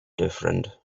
different